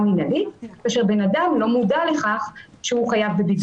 מינהלית כאשר בן אדם לא מודע לכך שהוא חייב בבידוד.